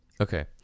Okay